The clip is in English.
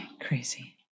Crazy